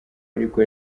ariko